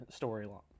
storyline